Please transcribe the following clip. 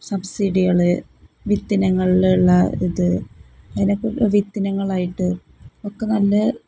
സബ്സിഡികൾ വിത്ത് ഇനങ്ങളിലുള്ള ഇത് അതിനൊക്കെ വിത്ത് ഇനങ്ങളായിട്ട് ഒക്കെ നല്ല